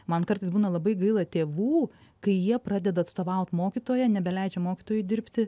man kartais būna labai gaila tėvų kai jie pradeda atstovaut mokytoją nebeleidžia mokytojui dirbti